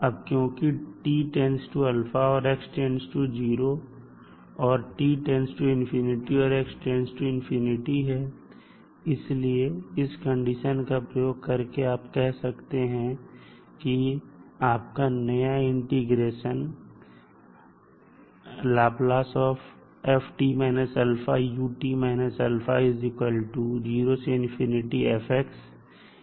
अब क्योंकि t → a x → 0 और t →∞ x →∞ है इसलिए इस कंडीशन का प्रयोग करके आप कह सकते हैं कि आपका नया इंटीग्रेशन होगा